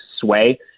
sway